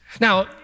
Now